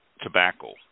tobacco